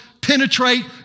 penetrate